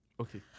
Okay